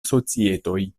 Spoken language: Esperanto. societoj